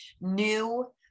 new